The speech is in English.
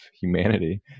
humanity